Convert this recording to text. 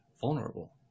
vulnerable